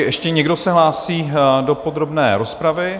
Ještě někdo se hlásí do podrobné rozpravy?